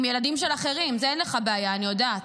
עם ילדים של אחרים, עם זה אין לך בעיה, אני יודעת.